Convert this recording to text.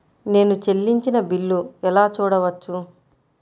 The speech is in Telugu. నేను చెల్లించిన బిల్లు ఎలా చూడవచ్చు?